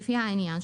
לפי העניין,